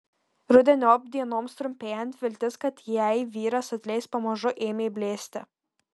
rudeniop dienoms trumpėjant viltis kad jai vyras atleis pamažu ėmė blėsti